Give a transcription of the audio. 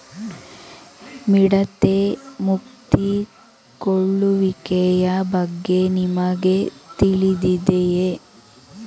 ಮಿಡತೆ ಮುತ್ತಿಕೊಳ್ಳುವಿಕೆಯ ಬಗ್ಗೆ ನಿಮಗೆ ತಿಳಿದಿದೆಯೇ?